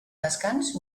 descans